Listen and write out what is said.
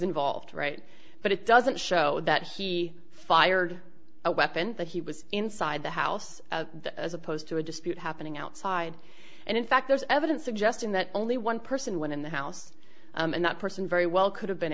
involved right but it doesn't show that he fired a weapon that he was inside the house as opposed to a dispute happening outside and in fact there's evidence suggesting that only one person went in the house and that person very well could have been